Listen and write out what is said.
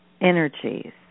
energies